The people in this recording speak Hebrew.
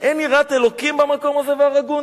"אם אין יראת ה' במקום הזה והרגוני"